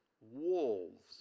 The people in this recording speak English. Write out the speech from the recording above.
wolves